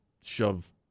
shove